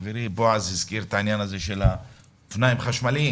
חברי בועז הזכיר את העניין של אופניים חשמליים